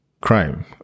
crime